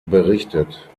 berichtet